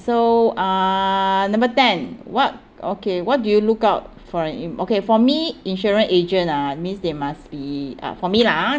so uh number ten what okay what do you look out for an okay for me insurance agent ah means they must be uh for me lah ha